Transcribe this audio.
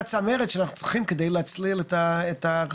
צמרת שאנחנו צריכים כדי להצליל את הרחובות.